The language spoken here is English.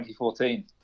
2014